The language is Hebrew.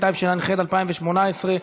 התשע"ח 2018,